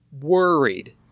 worried